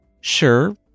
Sure